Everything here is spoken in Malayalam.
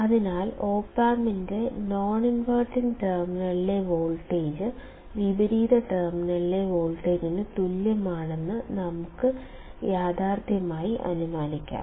അതിനാൽ ഓപമ്പിന്റെ നോൺ ഇൻവെർട്ടിംഗ് ടെർമിനലിലെ വോൾട്ടേജ് വിപരീത ടെർമിനലിലെ വോൾട്ടേജിന് തുല്യമാണെന്ന് നമുക്ക് യാഥാർത്ഥ്യമായി അനുമാനിക്കാം